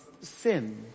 sin